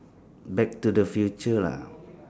back to the future lah